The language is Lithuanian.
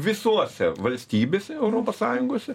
visose valstybėse europos sąjungose